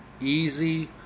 easy